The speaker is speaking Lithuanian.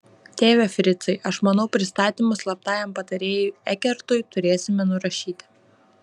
tėve fricai aš manau pristatymą slaptajam patarėjui ekertui turėsime nurašyti